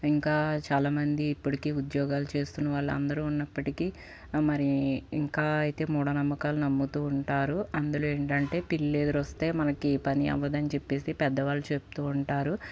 ఇంకా చాలామంది ఇప్పటికి ఉద్యోగాలు చేస్తున్న వాళ్ళు అందరు ఉన్నప్పటికీ మరి ఇంకా అయితే మూడనమ్మకాలు నమ్ముతు ఉంటారు అందులో ఏంటంటే పిల్లి ఎదురు వస్తే మనకి పని అవదని చెప్పేసి పెద్దవాళ్ళు చెప్తు ఉంటారు